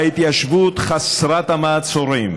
ההתיישבות חסרת המעצורים